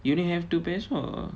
you only have two pairs [what]